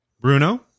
Bruno